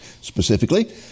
Specifically